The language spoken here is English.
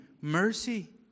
mercy